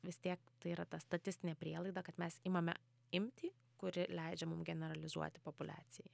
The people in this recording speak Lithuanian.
vis tiek tai yra ta statistinė prielaida kad mes imame imtį kuri leidžia mums generalizuoti populiacijai